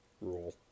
rule